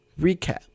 Recap